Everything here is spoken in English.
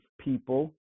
people